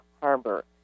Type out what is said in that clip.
Harbor